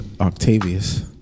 Octavius